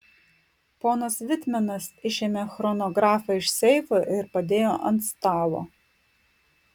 ponas vitmenas išėmė chronografą iš seifo ir padėjo ant stalo